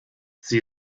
sie